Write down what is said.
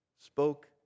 spoke